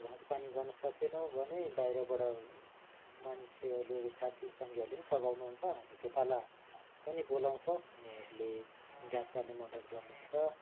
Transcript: घाँस पानी गर्नसकेनौँ भने बाहिरबाट मान्छेहरूले साथीसङ्गीहरूले पनि सघाउनुहुन्छ हामी खेताला पनि बोलाउँछौँ उनीहरूले घाँस काट्न मदत गर्नुहुन्छ